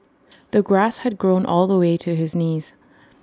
the grass had grown all the way to his knees